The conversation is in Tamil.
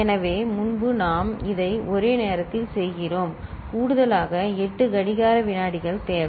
எனவே முன்பு நாம் இதை ஒரே நேரத்தில் செய்கிறோம் கூடுதலாக 8 கடிகார வினாடிகள் தேவை